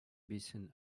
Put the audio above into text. bisschen